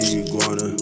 iguana